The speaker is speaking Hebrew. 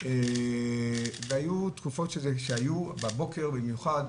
היו תקופות שהיו, בבוקר במיוחד,